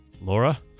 Laura